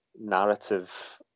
narrative